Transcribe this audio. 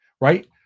right